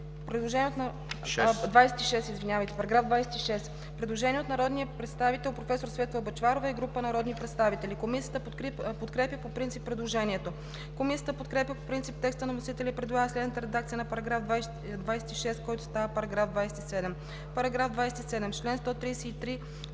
предложение на народния представител професор Светла Бъчварова и група народни представители. Комисията подкрепя по принцип предложението. Комисията подкрепя по принцип текста на вносителя и предлага следната редакция на § 26, който става § 27: „§ 27. В чл. 133